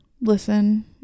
listen